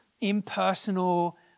impersonal